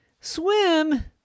Swim